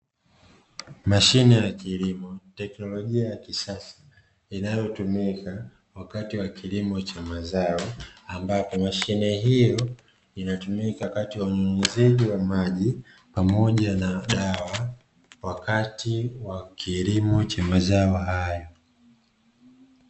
Mashine ya kilimo, teknolojia ya kisasa inayotumika wakati wa kilimo cha mazao, ambapo mashine hiyo inatumika wakati wa unyunyuzaji wa maji pamoja na dawa, wakati wa kilimo cha mazao haya.